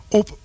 op